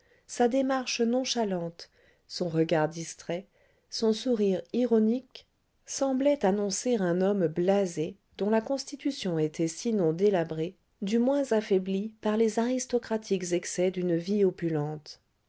sa démarche nonchalante son regard distrait son sourire ironique semblaient annoncer un homme blasé dont la constitution était sinon délabrée du moins affaiblie par les aristocratiques excès d'une vie opulente